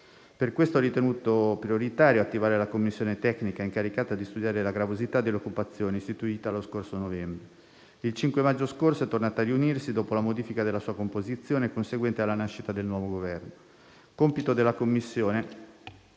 Per questo, ho ritenuto prioritario attivare la commissione tecnica, incaricata di studiare la gravosità delle occupazioni, istituita lo scorso novembre. Il 5 maggio scorso è tornata a riunirsi, dopo la modifica della sua composizione conseguente alla nascita del nuovo Governo. Compito della commissione